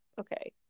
okay